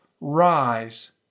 rise